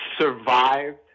Survived